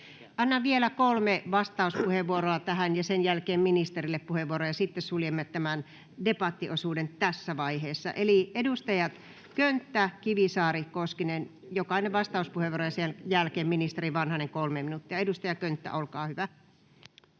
Annan vielä kolme vastauspuheenvuoroa tähän, ja sen jälkeen ministerille puheenvuoron. Sitten suljemme tämän debattiosuuden tässä vaiheessa. Eli edustajille Könttä, Kivisaari, Koskinen, jokaiselle vastauspuheenvuoro, ja sen jälkeen ministeri Vanhanen, 3 minuuttia. — Edustaja Könttä, olkaa hyvä.